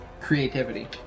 creativity